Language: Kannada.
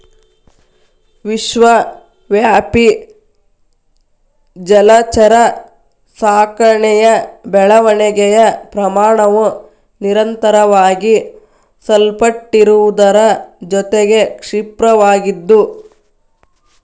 ವಿಶ್ವವ್ಯಾಪಿ ಜಲಚರ ಸಾಕಣೆಯ ಬೆಳವಣಿಗೆಯ ಪ್ರಮಾಣವು ನಿರಂತರವಾಗಿ ಸಲ್ಪಟ್ಟಿರುವುದರ ಜೊತೆಗೆ ಕ್ಷಿಪ್ರವಾಗಿದ್ದು